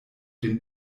den